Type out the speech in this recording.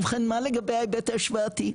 ובכן, מה לגבי ההיבט ההשוואתי?